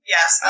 Yes